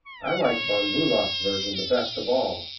i like von bulow's version the best of all.